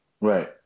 Right